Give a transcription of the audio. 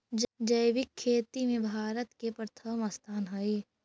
जैविक खेती में भारत के प्रथम स्थान हई